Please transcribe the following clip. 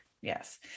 yes